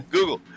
Google